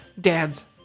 dads